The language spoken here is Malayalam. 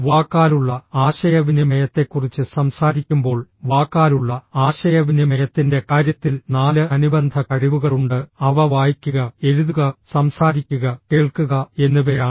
വാക്കാലുള്ള ആശയവിനിമയത്തെക്കുറിച്ച് സംസാരിക്കുമ്പോൾ വാക്കാലുള്ള ആശയവിനിമയത്തിന്റെ കാര്യത്തിൽ നാല് അനുബന്ധ കഴിവുകളുണ്ട് അവ വായിക്കുക എഴുതുക സംസാരിക്കുക കേൾക്കുക എന്നിവയാണ്